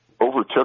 overtook